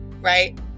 right